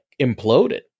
imploded